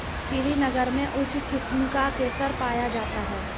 श्रीनगर में उच्च किस्म का केसर पाया जाता है